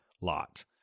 Lot